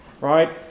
Right